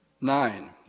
nine